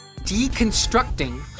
Deconstructing